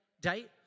date